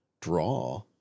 draw